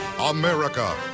America